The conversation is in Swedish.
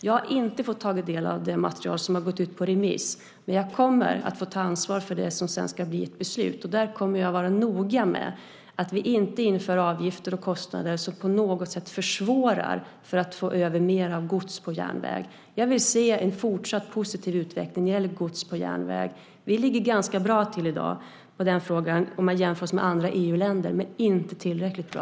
Jag har inte tagit del av det material som har gått ut på remiss. Men jag kommer att få ta ansvar för det som sedan ska bli ett beslut. Där kommer jag att vara noga med att vi inte inför avgifter och kostnader som på något sätt försvårar att få över mer av gods på järnväg. Jag vill se en fortsatt positiv utveckling när det gäller gods på järnväg. Vi ligger ganska bra till i dag i den frågan om man jämför med andra EU-länder, men det är inte tillräckligt bra.